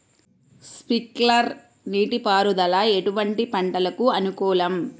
Sprinkler నీటిపారుదల ఎటువంటి పంటలకు అనుకూలము?